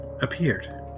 appeared